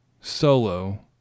Solo